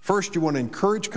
first you want to encourage